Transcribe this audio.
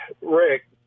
Rick